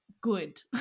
good